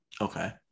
okay